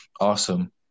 Awesome